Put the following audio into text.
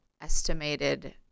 estimated